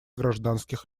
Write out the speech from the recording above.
гражданских